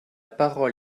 parole